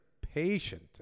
patient